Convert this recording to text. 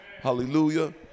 hallelujah